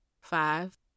five